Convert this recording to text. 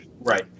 Right